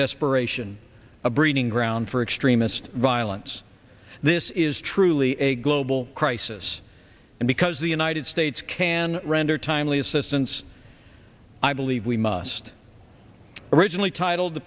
desperation a breeding ground for extremist violence this is truly a global crisis and because the united states can render timely assistance i believe we must originally titled the